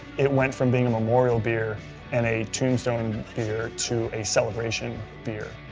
it went from being a memorial beer and a tombstone beer, to a celebration beer.